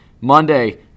Monday